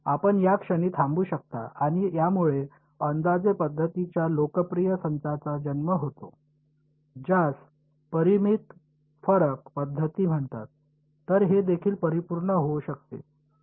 आपण या क्षणी थांबू शकता आणि यामुळे अंदाजे पद्धतींच्या लोकप्रिय संचाचा जन्म होतो ज्यास परिमित फरक पद्धती म्हणतात तर हे देखील परिपूर्ण होऊ शकते